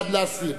בעד להסיר.